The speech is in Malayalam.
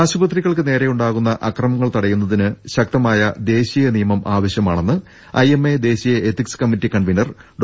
ആശുപത്രികൾക്ക് നേരെയുണ്ടാകുന്ന അക്രമങ്ങൾ തട യുന്നതിന് ശക്തമായ ദേശീയ നിയമം ആവശ്യമാണെന്ന് ഐഎംഎ ദേശീയ എത്തിക്സ് കമ്മിറ്റി കൺവീനർ ഡോ